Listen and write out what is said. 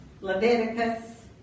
Leviticus